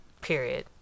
Period